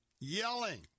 yelling